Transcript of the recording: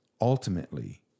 ultimately